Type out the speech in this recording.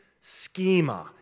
schema